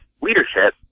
leadership